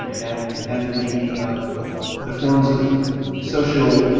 and and the the forms of social